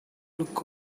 look